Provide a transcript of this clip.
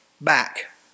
back